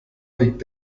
liegt